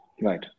Right